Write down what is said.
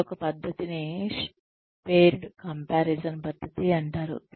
మరొక పద్ధతిని paired comparison పద్ధతి అంటారు